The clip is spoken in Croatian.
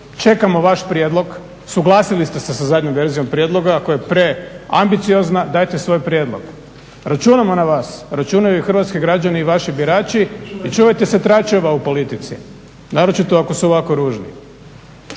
čekamo vaš prijedlog, suglasili ste se sa zadnjom verzijom prijedloga, ako je preambiciozna dajte svoj prijedlog. Računamo na vas, računaju i hrvatskih građani i vaši birači i čuvajte se tračeva u politici, naročito ako su ovako ružni.